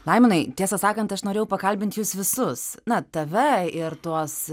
laimonai tiesą sakant aš norėjau pakalbint jus visus na tave ir tuos